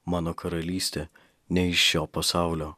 mano karalystė ne iš šio pasaulio